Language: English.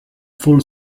full